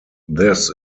this